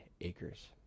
acres